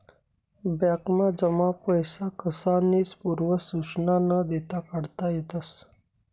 बॅकमा जमा पैसा कसानीच पूर्व सुचना न देता काढता येतस